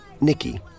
Nikki